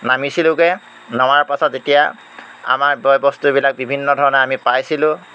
নামিছিলোঁগৈ নমাৰ পাছত যেতিয়া আমাৰ বয় বস্তুবিলাক বিভিন্ন ধৰণে আমি পাইছিলোঁ